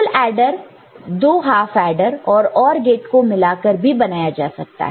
full adder दो half adder और OR gate को मिलाकर भी बनाया जा सकता है